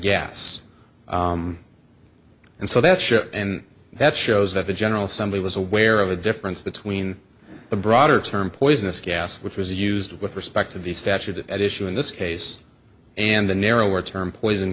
gas and so that ship and that shows that the general assembly was aware of the difference between the broader term poisonous gas which was used with respect to the statute at issue in this case and the narrower term poison